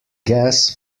guess